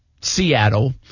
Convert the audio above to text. Seattle